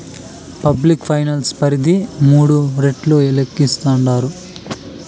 public finance పరిధి మూడు రెట్లు లేక్కేస్తాండారు